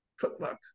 cookbook